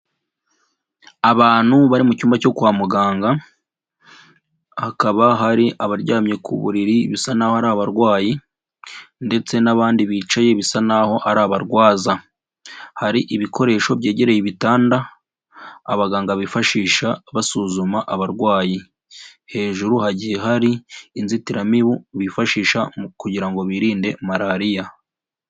Abantu bari mu cyumba cyo kwa muganga, hakaba hari abaryamye ku buriri, bisa naho ari abarwayi ndetse n'abandi bicaye bisa naho ari abarwaza. Hari ibikoresho byegereye ibitanda, abaganga bifashisha basuzuma abarwayi. Hejuru hagiye hari inzitiramibu, bifashisha mu kugira ngo birinde Malariya.